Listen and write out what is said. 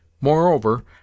Moreover